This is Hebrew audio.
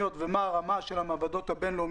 בלי מעבדה,